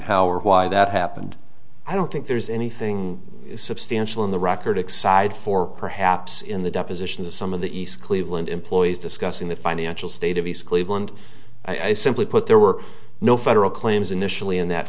how or why that happened i don't think there's anything substantial in the record excited for perhaps in the depositions of some of the east cleveland employees discussing the financial state of east cleveland i simply put there were no federal claims initially in that